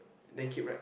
then keep right